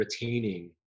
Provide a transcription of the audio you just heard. retaining